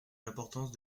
l’importance